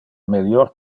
melior